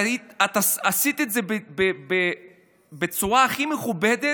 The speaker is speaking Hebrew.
את עשית את זה בצורה הכי מכובדת,